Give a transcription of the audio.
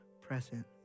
present